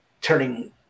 turning